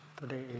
Today